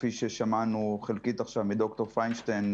כפי ששמענו חלקית עכשיו מד"ר פיינשטיין,